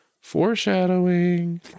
Foreshadowing